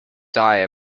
die